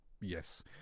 yes